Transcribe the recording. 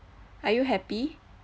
are you happy